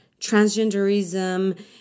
transgenderism